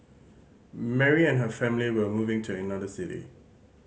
Mary and her family were moving to another city